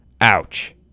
Ouch